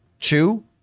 Two